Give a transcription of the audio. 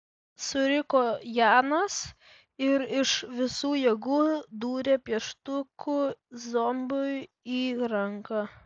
suriko janas ir iš visų jėgų dūrė pieštuku zombiui į ranką